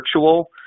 virtual